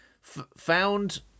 found